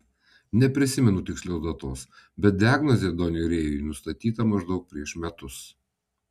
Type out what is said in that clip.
neprisimenu tikslios datos bet diagnozė doniui rėjui nustatyta maždaug prieš metus